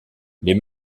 les